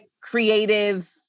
creative